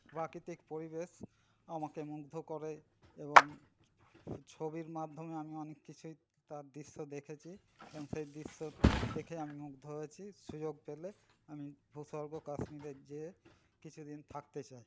প্রাকৃতিক পরিবেশ আমাকে মুগ্ধ করে এবং ছবির মাধ্যমে আমি অনেক কিছুই তার দৃশ্য দেখেছি এবং সেই দৃশ্য দেখে আমি মুগ্ধ হয়েছি সুযোগ পেলে আমি ভূস্বর্গ কাশ্মীরে যেয়ে কিছুদিন থাকতে চাই